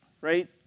right